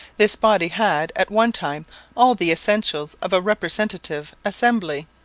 this body had at one time all the essentials of a representative assembly.